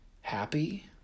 Happy